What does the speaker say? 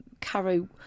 Caro